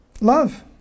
Love